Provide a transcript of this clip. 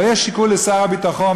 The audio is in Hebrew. אבל יש שיקול לשר הביטחון,